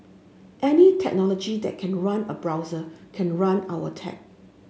any technology that can run a browser can run our tech